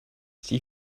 see